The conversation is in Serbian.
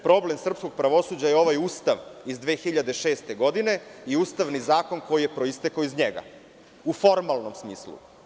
Problem srpskog pravosuđa je ovaj Ustav iz 2006. godine, i Ustavni zakon koji je proistekao iz njega, u formalnom smislu.